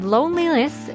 Loneliness